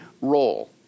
role